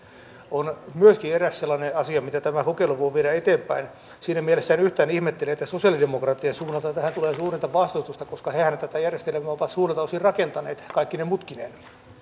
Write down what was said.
on myöskin eräs sellainen asia mitä tämä kokeilu voi viedä eteenpäin siinä mielessä en yhtään ihmettele että sosialidemokraattien suunnalta tähän tulee suurinta vastustusta koska hehän tätä järjestelmää ovat suurelta osin rakentaneet kaikkine mutkineen